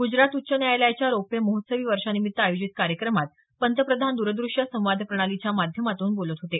गूजरात उच्च न्यायालयाच्या रौप्य महोत्सवी वर्षानिमित्त आयोजित कार्यक्रमात पंतप्रधान द्रद्रश्य संवाद प्रणालीच्या माध्यमातून बोलत होते